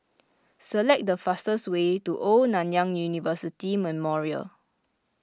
select the fastest way to Old Nanyang University Memorial